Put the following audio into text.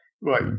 Right